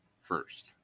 first